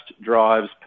drives